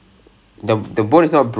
it's like